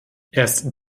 erst